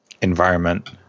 environment